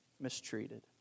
mistreated